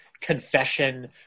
confession